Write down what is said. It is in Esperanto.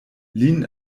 lin